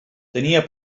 tenia